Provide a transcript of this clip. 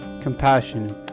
compassion